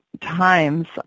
times